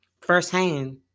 Firsthand